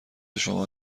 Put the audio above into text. شما